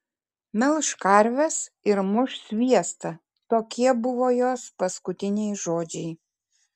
melš karves ir muš sviestą tokie buvo jos paskutiniai žodžiai